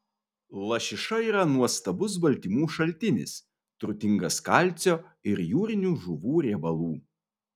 lašiša yra nuostabus baltymų šaltinis turtingas kalcio ir jūrinių žuvų riebalų